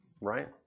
Right